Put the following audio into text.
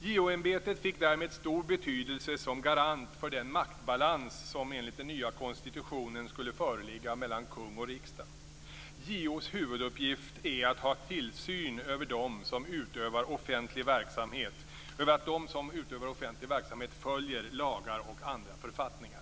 JO-ämbetet fick därför stor betydelse som garant för den maktbalans som enligt den nya konstitutionen skulle föreligga mellan kung och riksdag. JO:s huvuduppgift är att ha tillsyn över att de som utövar offentlig verksamhet följer lagar och andra författningar.